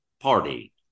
party